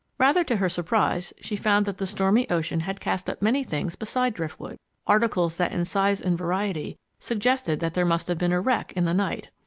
rather to her surprise, she found that the stormy ocean had cast up many things beside driftwood articles that in size and variety suggested that there must have been a wreck in the night.